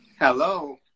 Hello